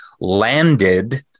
landed